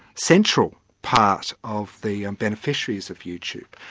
central part of the beneficiaries of youtube.